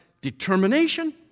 determination